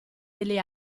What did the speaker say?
degli